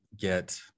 get